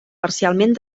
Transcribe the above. parcialment